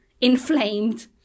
inflamed